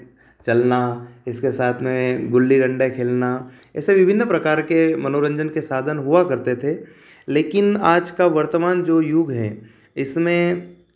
चलना इसके साथ में गुल्ली डंडे खेलना ऐसे विभिन्न प्रकार के मनोरंजन के साधन हुआ करते थे लेकिन आज का वर्तमान जो युग है इसमें